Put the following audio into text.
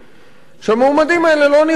שהמועמדים האלה לא נראו לשרה,